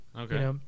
Okay